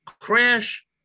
crash